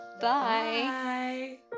Bye